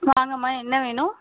வாங்கம்மா என்ன வேணும்